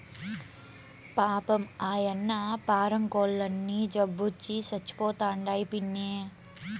పాపం, ఆయన్న పారం కోల్లన్నీ జబ్బొచ్చి సచ్చిపోతండాయి పిన్నీ